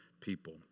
people